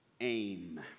aim